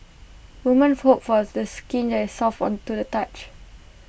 women for hope for skin that soft on to the touch